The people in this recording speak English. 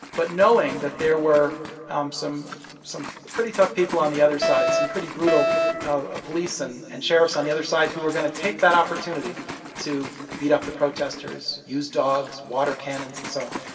but knowing that there were um some some pretty tough people on the other side, some pretty brutal ah police and and sheriffs on the other side who were going to take that opportunity to beat up the protesters, use dogs, water cannons, and so on.